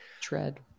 tread